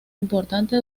importante